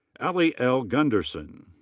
alee l. gunderson.